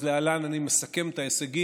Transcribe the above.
אז להלן אני מסכם את ההישגים.